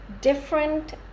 different